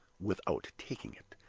without taking it,